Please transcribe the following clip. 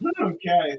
Okay